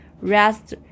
rest